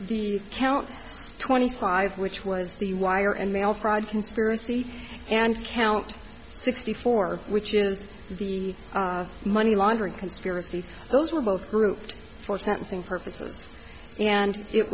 the count twenty five which was the wire and mail fraud conspiracy and count sixty four which is the money laundering conspiracy those were both grouped for sentencing purposes and it